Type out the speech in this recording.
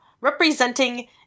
representing